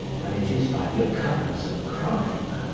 than it is by the occurrence of crime.